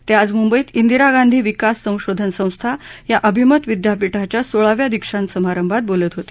ते आज मुंबईत दिरा गांधी विकास संशोधन संस्था या अभिमत विद्यापिठाच्या सोळाव्या दीक्षांत समारंभात बोलत होते